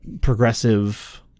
progressive